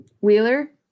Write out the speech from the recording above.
Wheeler